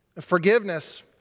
Forgiveness